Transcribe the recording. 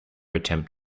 attempt